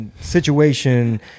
situation